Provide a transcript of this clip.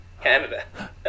Canada